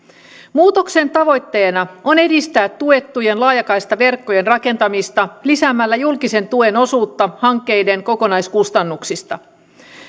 muutoksen tavoitteena on edistää tuettujen laajakaistaverkkojen rakentamista lisäämällä julkisen tuen osuutta hankkeiden kokonaiskustannuksista